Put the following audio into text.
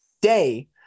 day